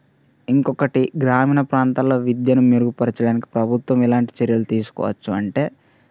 ఇంకా ఒకటి గ్రామీణ ప్రాంతాల్లో విద్యను మెరుగుపరచడానికి ప్రభుత్వం ఎలాంటి చర్యలు తీసుకోవచ్చు అంటే